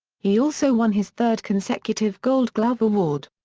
he also won his third consecutive gold glove award.